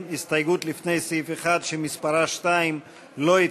קבוצת סיעת מרצ וקבוצת סיעת הרשימה המשותפת לפני סעיף 1 לא נתקבלה.